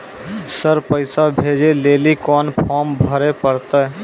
Sir पैसा भेजै लेली कोन फॉर्म भरे परतै?